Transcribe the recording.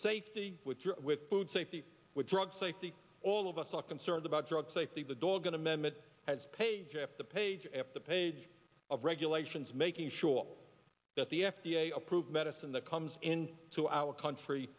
safety with your with food safety with drug safety all of us are concerned about drug safety the dog going to mehmet has page after page after page of regulations making sure that the f d a approved medicine that comes in to our country